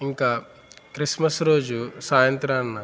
ఇంకా క్రిస్మస్ రోజు సాయంత్రాన